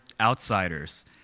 outsiders